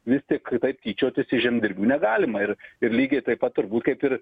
vis tik taip tyčiotis iš žemdirbių negalima ir ir lygiai taip pat turbūt kaip ir